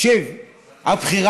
לא נצרת.